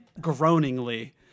groaningly